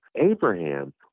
Abraham